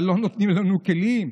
אבל לא נותנים לנו כלים,